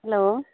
hello